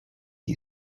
you